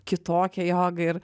kitokią jogą ir